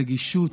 רגישות.